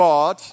God